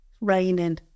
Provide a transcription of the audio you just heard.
raining